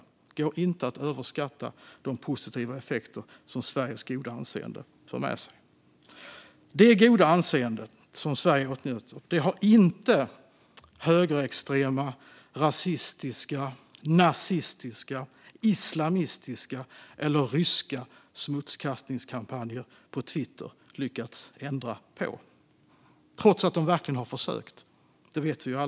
Det går inte att överskatta de positiva effekter som Sveriges goda anseende för med sig. Det goda anseende som Sverige åtnjuter har högerextrema, rasistiska, nazistiska, islamistiska och ryska smutskastningskampanjer på Twitter inte lyckats ändra på, trots att man verkligen har försökt.